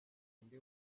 undi